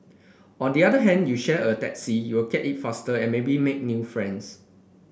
on the other hand you share a taxi you get it faster and maybe make new friends